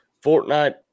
Fortnite